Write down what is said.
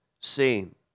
seen